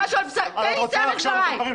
תן לי לסיים את דברי.